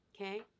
Okay